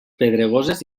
pedregosos